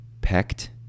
pecked